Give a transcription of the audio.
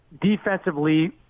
Defensively